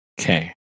Okay